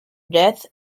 death